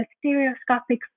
stereoscopic